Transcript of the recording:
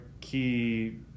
key